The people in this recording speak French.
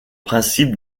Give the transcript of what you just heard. principe